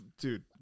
Dude